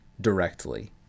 directly